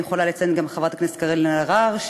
אני יכולה לציין גם חברת הכנסת קארין אלהרר,